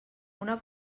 una